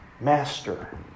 Master